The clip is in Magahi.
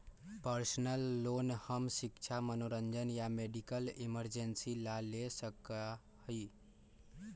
पर्सनल लोन हम शिक्षा मनोरंजन या मेडिकल इमरजेंसी ला ले सका ही